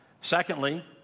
Secondly